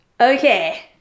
Okay